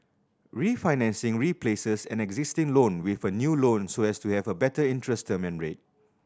refinancing replaces an existing loan with a new loan so as to have a better interest term and rate